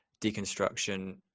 deconstruction